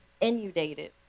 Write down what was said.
inundated